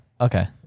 okay